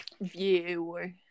view